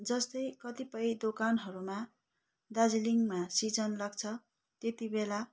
जस्तै कतिपय दोकानहरूमा दार्जिलिङमा सिजन लाग्छ त्यतिबेला